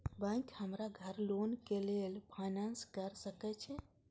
Bank हमरा घर loan के लेल फाईनांस कर सके छे?